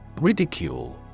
Ridicule